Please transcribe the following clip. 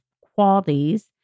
qualities